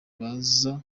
baza